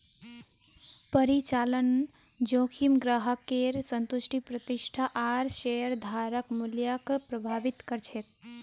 परिचालन जोखिम ग्राहकेर संतुष्टि प्रतिष्ठा आर शेयरधारक मूल्यक प्रभावित कर छेक